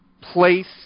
place